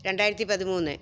രണ്ടായിരത്തിപ്പതിമൂന്നേ